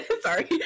Sorry